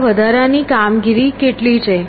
આ વધારાની કામગીરી કેટલી છે